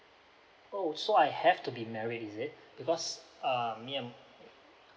oh so I have to be married is it because um me and